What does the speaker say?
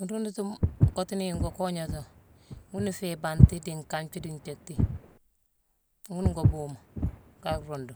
Nruudutuma mu kottuni ngoo koognétu: ghuna nféé ibanti dii nkanji, dii nthiéckti. Ghune ngoo buumé ka ruundu.